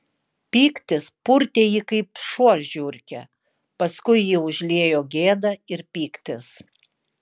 pyktis purtė jį kaip šuo žiurkę paskui jį užliejo gėda ir pyktis